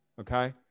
okay